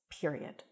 period